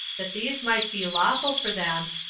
that these might be lawful for them,